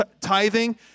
tithing